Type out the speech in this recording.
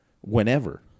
whenever